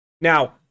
Now